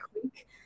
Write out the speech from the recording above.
quick